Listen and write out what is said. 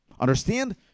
Understand